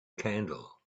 candle